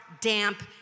damp